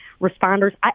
responders